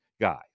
guy